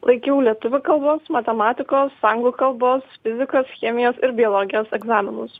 laikiau lietuvių kalbos matematikos anglų kalbos fizikos chemijos ir biologijos egzaminus